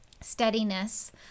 steadiness